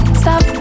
stop